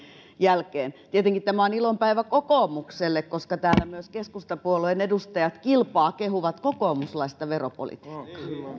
jälkeen tietenkin tämä on ilon päivä kokoomukselle koska täällä myös keskustapuolueen edustajat kilpaa kehuvat kokoomuslaista veropolitiikkaa olen ollut